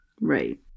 Right